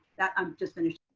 that i'm just finished.